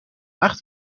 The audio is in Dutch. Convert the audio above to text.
acht